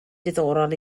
diddorol